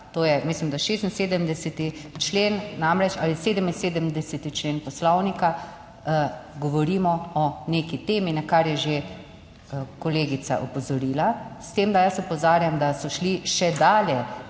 to je, mislim, da 76. člen namreč ali 77. člen Poslovnika. Govorimo o neki temi, na kar je že kolegica opozoril, s tem, da jaz opozarjam, da so šli še dalje.